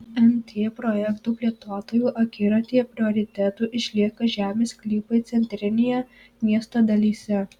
nt projektų plėtotojų akiratyje prioritetu išlieka žemės sklypai centrinėje miesto dalyse